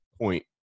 point